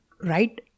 right